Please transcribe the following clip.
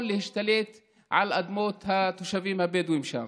להשתלט על אדמות התושבים הבדואים שם.